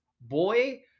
boy